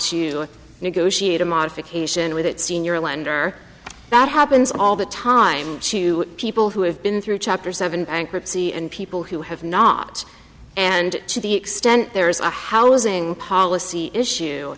to negotiate a modification with its senior lender that happens all the time to people who have been through chapter seven bankruptcy and people who have not and to the extent there is a housing policy issue